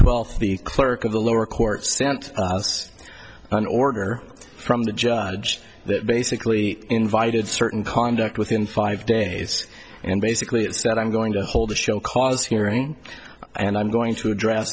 twelfth the clerk of the lower court sent us an order from the judge that basically invited certain conduct within five days and basically said i'm going to hold a show cause hearing and i'm going to address